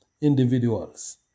individuals